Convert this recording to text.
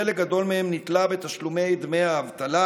חלק גדול מהם נתלה בתשלומי דמי האבטלה,